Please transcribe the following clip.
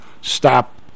stop